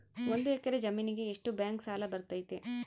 ಒಂದು ಎಕರೆ ಜಮೇನಿಗೆ ಎಷ್ಟು ಬ್ಯಾಂಕ್ ಸಾಲ ಬರ್ತೈತೆ?